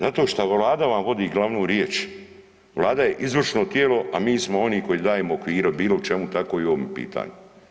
Zato što Vlada vam vodi glavnu riječ, Vlada je izvršno tijelo, a mi smo oni koji dajemo okvire u bilo čemu tako i u ovom pitanju.